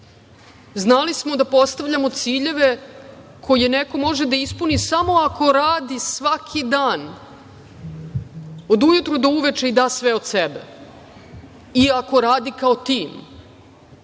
Znali smo da postavljamo ciljeve koje neko može da ispuni samo ako radi svaki dan od ujutru do uveče i da sve od sebe i ako radi kao tim